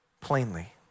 plainly